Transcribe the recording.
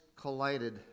collided